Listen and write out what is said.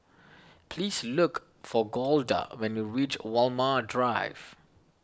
please look for Golda when you reach Walmer Drive